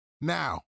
Now